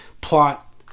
plot